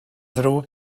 ddrwg